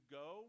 go